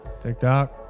TikTok